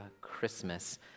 Christmas